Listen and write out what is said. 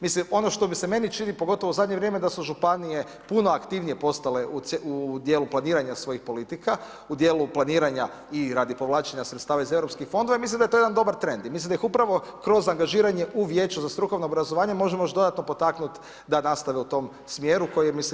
Mislim ono što se meni čini pogotovo u zadnje vrijeme da su županije puno aktivnije postale u dijelu planiranja svojih politika u dijelu planiranja i radi povlačenja sredstava iz europskih fondova i mislim da je to jedan dobar trend i mislim da ih upravo kroz angažiranje u Vijeću za strukovno obrazovanje možemo još dodatno potaknuti da nastave u tom smjeru koji je kvalitetan.